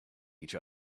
each